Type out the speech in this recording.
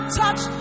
touch